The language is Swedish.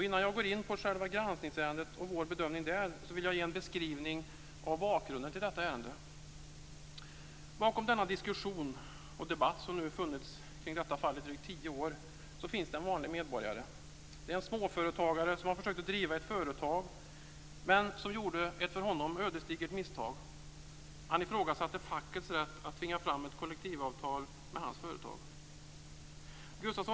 Innan jag går in på själva granskningsärendet och vår bedömning där, vill jag ge en beskrivning av bakgrunden till detta ärende. Bakom den diskussion och debatt som förts kring detta fall i drygt tio år finns en vanlig medborgare, en småföretagare som har försökt att driva ett eget företag, men som gjorde ett för honom ödesdigert misstag. Han ifrågasatte fackets rätt att tvinga fram ett kollektivavtal med hans företag.